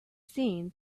seen